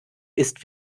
ist